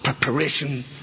preparation